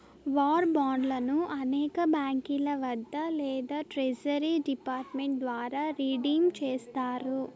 war బాండ్లను అనేక బాంకీల వద్ద లేదా ట్రెజరీ డిపార్ట్ మెంట్ ద్వారా రిడీమ్ చేస్తారు